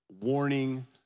warning